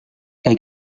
kaj